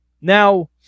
Now